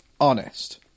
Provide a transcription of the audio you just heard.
honest